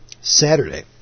Saturday